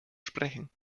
sprechen